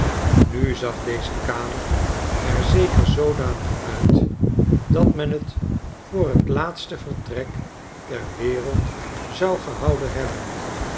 nu zag deze kamer er zeker zoodanig uit dat men t voor t laatste vertrek ter wereld zou gehouden hebben